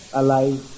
alive